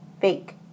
fake